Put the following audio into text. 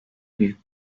büyük